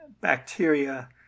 bacteria